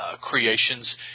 creations